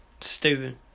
Stupid